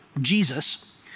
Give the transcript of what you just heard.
Jesus